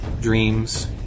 dreams